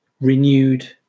renewed